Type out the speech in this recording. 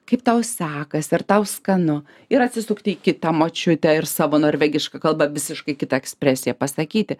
kaip tau sekasi ar tau skanu ir atsisukti į kitą močiutę ir savo norvegiška kalba visiškai kitą ekspresiją pasakyti